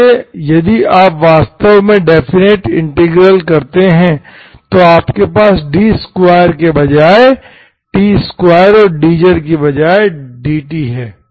इसलिए यदि आप वास्तव में इंडेफिनिट इंटीग्रल करते हैं तो आपके पास d2के बजाय t2और dz के बजाय बस dt है